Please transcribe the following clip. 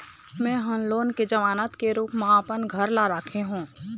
में ह लोन के जमानत के रूप म अपन घर ला राखे हों